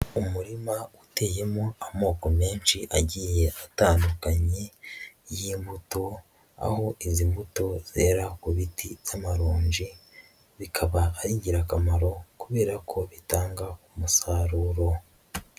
Umurima uteyemo amoko menshi agiye atandukanye y'imbuto, aho izi mbuto zera ku biti z'amaronji, bikaba ari ingirakamaro kubera ko bitanga umusaruro.